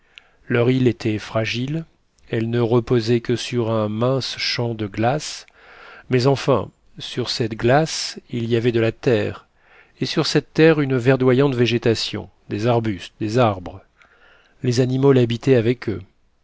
leur île était fragile elle ne reposait que sur un mince champ de glace mais enfin sur cette glace il y avait de la terre et sur cette terre une verdoyante végétation des arbustes des arbres les animaux l'habitaient avec eux